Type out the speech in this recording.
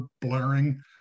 blaring